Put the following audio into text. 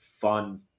fun